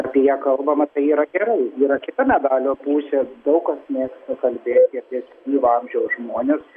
apie ją kalbama tai yra gerai yra kita medalio pusė daug kas mėgsta kalbėti apie senyvo amžiaus žmones